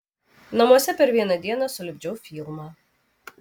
namuose per vieną dieną sulipdžiau filmą